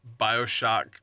Bioshock